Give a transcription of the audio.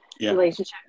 relationship